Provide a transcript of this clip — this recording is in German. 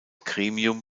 gremium